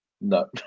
No